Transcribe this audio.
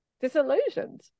disillusioned